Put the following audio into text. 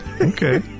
Okay